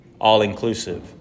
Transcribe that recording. all-inclusive